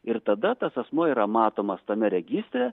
ir tada tas asmuo yra matomas tame registre